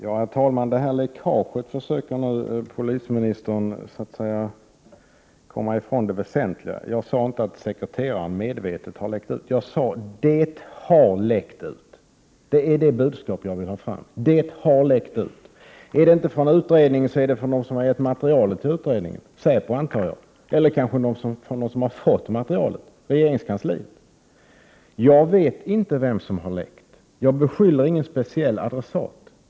Herr talman! När det gäller läckaget försöker nu polisministern komma ifrån det väsentliga. Jag sade inte att sekreteraren medvetet har läckt ut uppgifter. Jag sade: Det har läckt ut. Det budskap jag vill ha fram är att det har läckt ut — om inte från utredningen så från dem som har gett materialet till utredningen — säpo, antar jag — eller kanske från någon som har fått materialet på regeringskansliet. Jag vet inte vem som har läckt. Jag beskyller ingen speciell adressat.